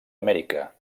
amèrica